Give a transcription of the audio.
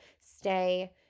stay